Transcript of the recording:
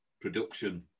production